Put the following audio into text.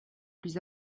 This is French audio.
plus